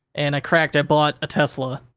and i cracked, i bought a tesla.